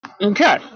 Okay